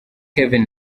kevin